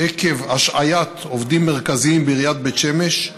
עקב השעיית עובדים מרכזיים בעיריית בית שמש,